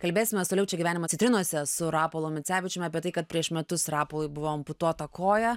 kalbėsimės toliau čia gyvenimo citrinose su rapolu micevičium bet tai kad prieš metus rapolui buvo amputuota koja